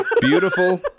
Beautiful